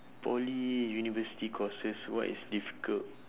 poly university courses what is difficult